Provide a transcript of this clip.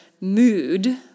mood